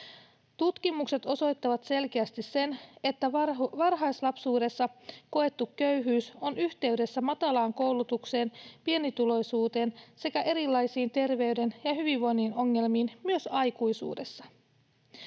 Tutkimukset osoittavat selkeästi sen, että varhaislapsuudessa koettu köyhyys on yhteydessä matalaan koulutukseen, pienituloisuuteen sekä erilaisiin terveyden ja hyvinvoinnin ongelmiin myös aikuisuudessa.